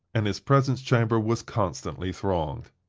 and his presence-chamber was constantly thronged.